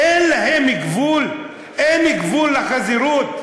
אין להם גבול, אין גבול לחזירות.